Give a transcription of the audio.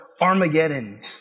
Armageddon